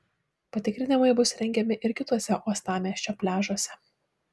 patikrinimai bus rengiami ir kituose uostamiesčio pliažuose